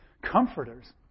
comforters